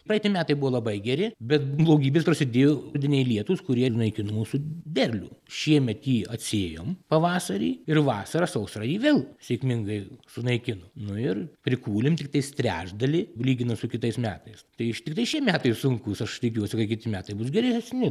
praeiti metai buvo labai geri bet blogybės prasidėjo rudeniniai lietūs kurie naikino mūsų derlių šiemet jį atsėjom pavasarį ir vasarą sausra ji vėl sėkmingai sunaikino nu ir prikūlėm tiktais trečdalį lyginant su kitais metais tai iš tiktai šie metai sunkūs aš tikiuosi kad kiti metai bus geresni